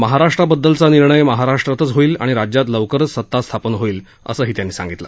महाराष्ट्राबददलचा निर्णय महाराष्ट्रातच होईल आणि राज्यात लवकरच सता स्थापन होईल असंही त्यांनी सांगितलं